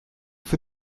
für